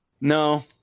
No